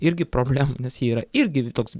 irgi problemų nes ji yra irgi toks